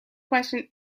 question